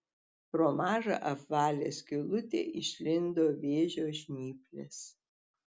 pro mažą apvalią skylutę išlindo vėžio žnyplės